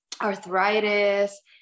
arthritis